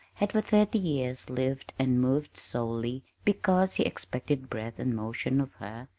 had for thirty years lived and moved solely because he expected breath and motion of her,